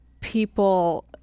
people